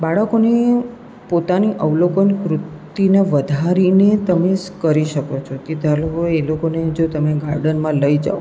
બાળકોને પોતાને અવલોકનવૃત્તિ વધારીને તમે શું કરી શકો છો કે ધારો કે એ લોકોને જો તમે ગાર્ડનમાં લઈ જાઓ